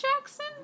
Jackson